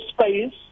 space